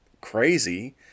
crazy